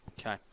Okay